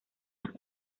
las